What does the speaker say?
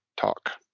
talk